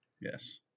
yes